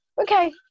Okay